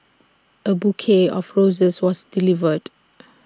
A bouquet of roses was delivered